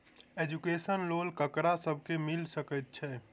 Education loan ककरा सब केँ मिल सकैत छै?